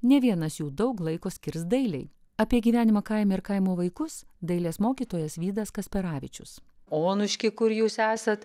ne vienas jų daug laiko skirs dailei apie gyvenimą kaime ir kaimo vaikus dailės mokytojas vydas kasperavičius onušky kur jūs esat